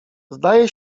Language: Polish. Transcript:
zdaje